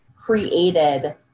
created